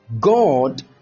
God